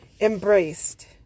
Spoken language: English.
Embraced